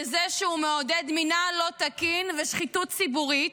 לזה שהוא מעודד מינהל לא תקין ושחיתות ציבורית,